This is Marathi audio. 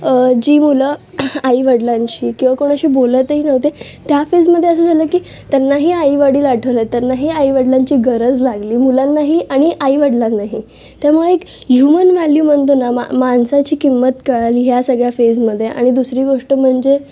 जी मुलं आईवडलांशी किंवा कोणाशी बोलतही नव्हते त्या फेजमध्ये असं झालं की त्यांनाही आईवडील आठवले त्यांनाही आईवडिलांची गरज लागली मुलांनाही आणि आईवडलांनाही त्यामुळे एक ह्यूमन व्हॅल्यू म्हणतो ना मा माणसाची किंमत कळली ह्या सगळ्या फेजमध्ये आणि दुसरी गोष्ट म्हणजे